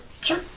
sure